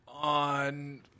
on